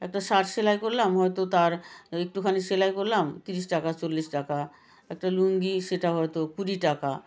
একটা শার্ট সেলাই করলাম হয়তো তার একটুখানি সেলাই করলাম তিরিশ টাকা চল্লিশ টাকা একটা লুঙ্গি সেটা হয়তো কুড়ি টাকা